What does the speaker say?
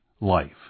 life